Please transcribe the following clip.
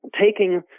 taking